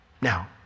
Now